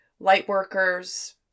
lightworkers